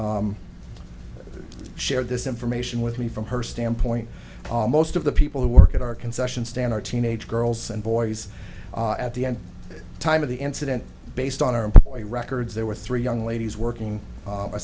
stand share this information with me from her standpoint most of the people who work at our concession stand are teenage girls and boys at the end time of the incident based on our employee records there were three young ladies working